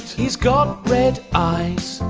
he's got red eyes.